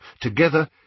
Together